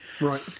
Right